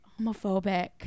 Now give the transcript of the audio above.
homophobic